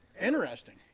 interesting